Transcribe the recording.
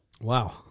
Wow